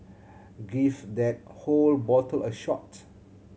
give that whole bottle a shot